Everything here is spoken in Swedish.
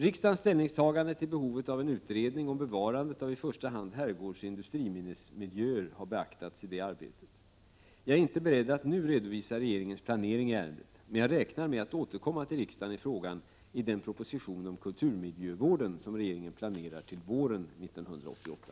Riksdagens ställningstagande till behovet av en utredning om bevarandet av i första hand herrgårdsoch industriminnesmiljöer har beaktats i detta arbete. Jag är inte beredd att nu redovisa regeringens planering i ärendet, men jag räknar med att återkomma till riksdagen i frågan i den proposition om kulturmiljövården som regeringen planerar till våren år 1988.